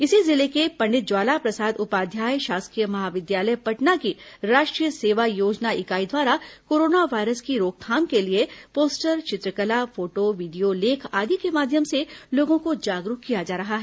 इसी जिले के पंडित ज्वाला प्रसाद उपाध्याय शासकीय महाविद्यालय पटना की राष्ट्रीय सेवा योजना इकाई द्वारा कोरोना वायरस की रोकथाम के लिए पोस्टर चित्रकला फोटो वीडियो लेख आदि के माध्यम से लोगों को जागरूक किया जा रहा है